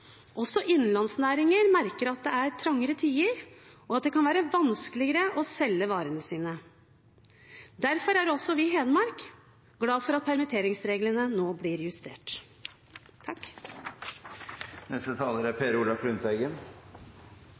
Også innenlandsnæringer merker at det er trangere tider, og at det kan være vanskeligere å selge varene sine. Derfor er også vi i Hedmark glad for at permitteringsreglene nå blir justert.